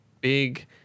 big